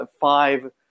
five